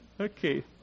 Okay